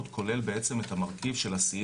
היא לא אפשרה ברמה הלאומית לתת למערכים נוספים.